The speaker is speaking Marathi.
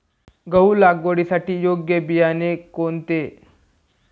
गहू लागवडीसाठी योग्य बियाणे कोणते?